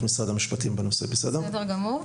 בסדר גמור.